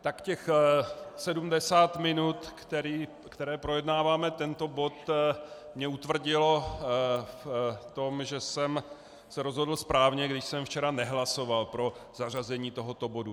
Tak těch 70 minut, které projednáváme tento bod, mě utvrdilo v tom, že jsem se rozhodl správně, když jsem včera nehlasoval pro zařazení tohoto bodu.